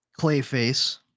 Clayface